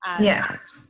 Yes